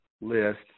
list